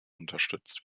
unterstützt